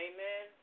Amen